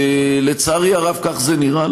ולצערי הרב, כך זה נראה.